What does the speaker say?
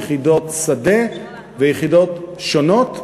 יחידות שדה ויחידות שונות בצבא,